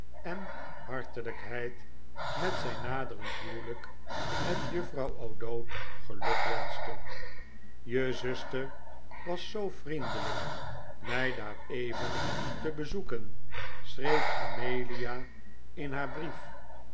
en hartelijkheid met zijn naderend huwelijk met juffrouw o'dowd gelukwenschte je zuster was zoo vriendelijk mij daareven te bezoeken schreef amelia in haar brief